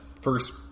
first